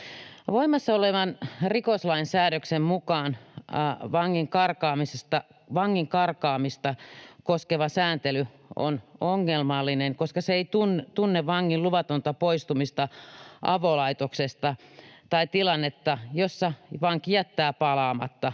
Voimassa olevan rikoslain säädöksen mukaan vangin karkaamista koskeva sääntely on ongelmallinen, koska se ei tunne vangin luvatonta poistumista avolaitoksesta tai tilannetta, jossa vanki jättää palaamatta